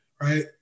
right